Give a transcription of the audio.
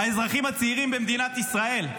האזרחים הצעירים במדינת ישראל,